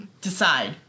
decide